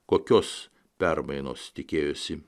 kokios permainos tikėjosi